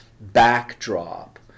backdrop